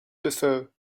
before